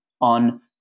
on